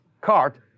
cart